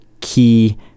key